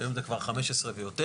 והיום זה כבר 15 ויותר,